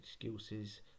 excuses